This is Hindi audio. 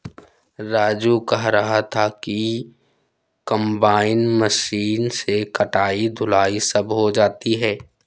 राजू कह रहा था कि कंबाइन मशीन से कटाई धुलाई सब हो जाती है